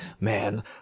man